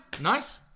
Nice